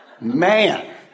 Man